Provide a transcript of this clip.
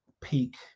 peak